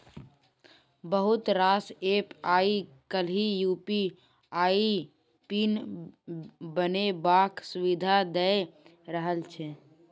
बहुत रास एप्प आइ काल्हि यु.पी.आइ पिन बनेबाक सुविधा दए रहल छै